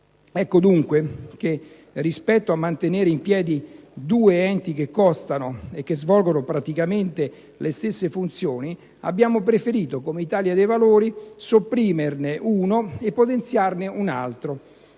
Ecco dunque che, rispetto a mantenere in piedi due enti che costano e che svolgono praticamente le stesse funzioni, abbiamo preferito, come Italia dei valori, sopprimerne uno e potenziare l'altro,